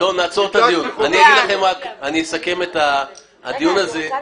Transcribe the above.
אני אסכם את הדברים.